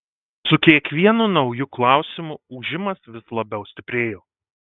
su kiekvienu nauju klausimu ūžimas vis labiau stiprėjo